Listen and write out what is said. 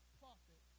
prophet